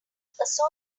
suicidal